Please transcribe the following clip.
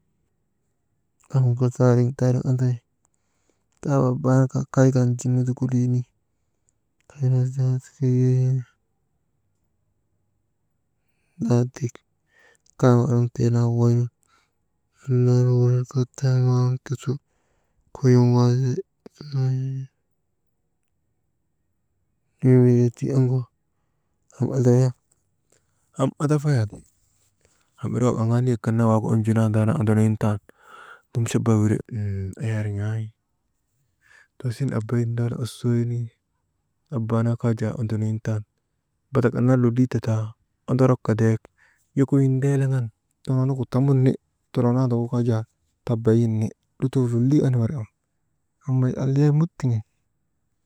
Amgu taariŋ taariŋ anduy, daaba bardaa kay kan jiŋ mudikiliini, kaynu zew ziren lahadi kal artee naa wawaynu, anna wuranka tayanu ti su « Hesitation» am andafayandi, am irik waagu aŋaa niyek kan naa onjunaa ndaanu ondonoyin taani, toosin abayin dan osoori, abaanaa kaa jaa ondonoyin tan batak annaa lolii tata, ondorok ka ndeek yokoyin ndeelaŋan tonoonogu tamun ni tonoonaandagu kaa jaa, tabayin ni lutoo lolii aniwar waŋ aliya mut tiŋin.